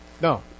No